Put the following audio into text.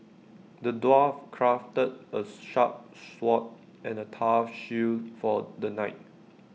the dwarf crafted A sharp sword and A tough shield for the knight